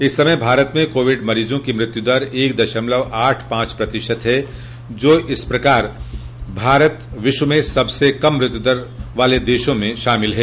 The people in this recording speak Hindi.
इस समय भारत में कोविड मरीजों की मृत्यु दर एक दशमलव आठ पांच प्रतिशत है इस समय भारत विश्व में सबसे कम मृत्युदर वाले दशों में शामिल है